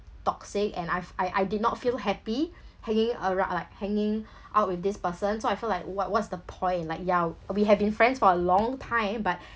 toxic and I've I I did not feel happy hanging aroun~ like hanging out with this person so I felt like what what's the point like ya we have been friends for a long time but